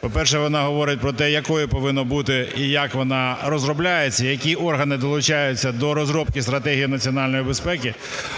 По-перше, вона говорить про те, якою повинна бути і як вона розробляється, які органи долучаються до розробки Стратегії національної безпеки.